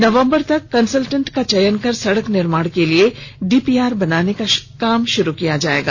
नवंबर तक कंसलटेंट का चयन कर सड़क निर्माण के लिए डीपीआर बनाने का काम शुरू किया जायेगा